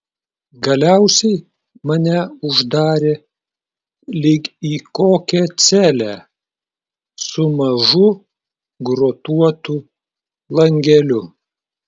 galiausiai mane uždarė lyg į kokią celę su mažu grotuotu langeliu